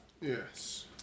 Yes